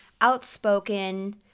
outspoken